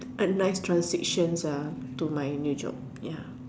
penknife transition to my new job ya